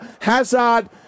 Hazard